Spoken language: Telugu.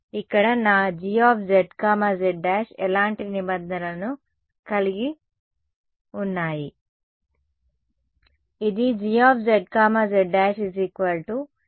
ఇక్కడ నా Gzz′ ఎలాంటి నిబంధనలను కలిగి ఉన్నాయి